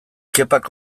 kepak